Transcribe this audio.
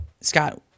Scott